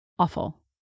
awful